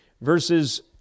verses